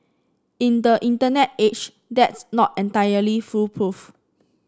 in the Internet age that's not entirely foolproof